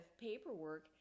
paperwork